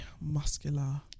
muscular